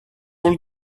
all